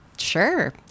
Sure